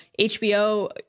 HBO